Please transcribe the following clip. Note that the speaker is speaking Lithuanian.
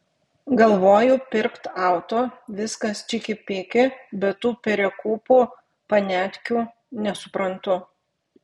galvoju pirkt auto viskas čiki piki bet tų perekūpų paniatkių nesuprantu